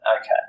okay